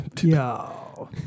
Yo